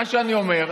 מה שאני אומר,